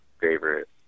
favorite